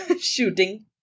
shooting